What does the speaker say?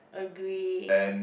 agree